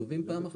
גובים פעם אחת.